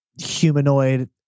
humanoid